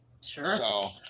Sure